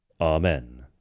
Amen